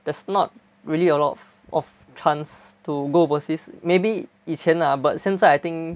there's not really a lot of of chance to go overseas maybe 以前 lah but 现在 I think